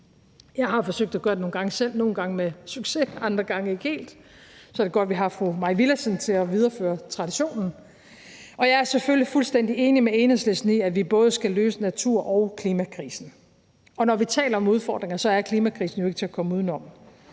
Jeg har forsøgt at gøre det nogle gange selv, nogle gange med succes, andre gange ikke helt. Så er det godt, vi har fru Mai Villadsen til at videreføre traditionen. Og jeg er selvfølgelig fuldstændig enig med Enhedslisten i, at vi både skal løse naturkrisen og klimakrisen. Når vi taler om udfordringer, er klimakrisen jo ikke til at komme udenom.